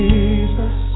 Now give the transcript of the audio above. Jesus